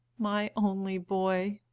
my only boy!